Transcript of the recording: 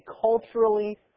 culturally